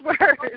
words